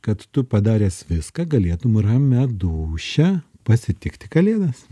kad tu padaręs viską galėtum ramia dūšią pasitikti kalėdas